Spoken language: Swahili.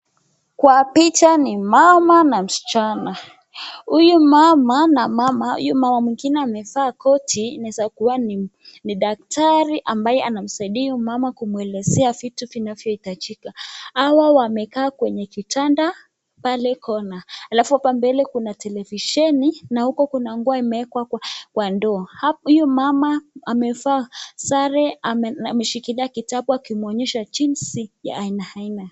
Kwa picha, ni mama na msichana, huyu mama mama, huyu mama mwingine amevaa anaezakuwa kotini daktari amabaye anamsaidia huyu mama kumwelezea vitu vinavyo hitajika, hawa wamekaaa kwenye kitanda pale Kona. Halafu hapa mbele kuna televisheni, na huko Kuna nguo imeekwa kwa ndoo. Huyu mama amevaa sare, ameshikilia kitabu akimwonyesha jinsi ya aina aina.